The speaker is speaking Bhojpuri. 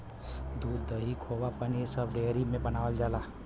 दूध, दही, खोवा पनीर सब डेयरी में बनावल जाला